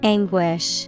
Anguish